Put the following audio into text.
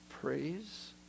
praise